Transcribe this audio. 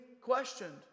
questioned